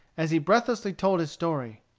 as he breathlessly told his story.